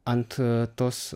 ant tos